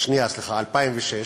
השנייה, סליחה, 2006,